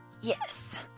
Yes